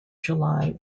july